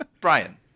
Brian